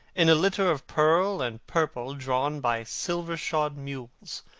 in a litter of pearl and purple drawn by silver-shod mules,